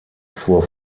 fuhr